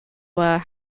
were